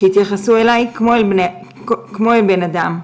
שיתייחסו אליי כמו אל בן אדם,